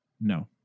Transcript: No